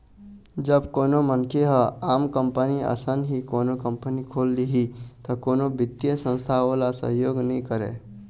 जब कोनो मनखे ह आम कंपनी असन ही कोनो कंपनी खोल लिही त कोनो बित्तीय संस्था ओला सहयोग नइ करय